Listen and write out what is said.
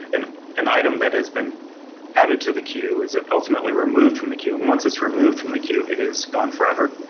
and an item that has been added to the queue is ah ultimately removed from the queue and once it's removed from the queue, it is gone forever,